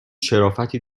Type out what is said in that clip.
شرافتی